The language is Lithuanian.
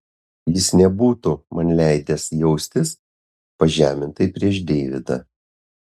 jis nebūtų man leidęs jaustis pažemintai prieš deividą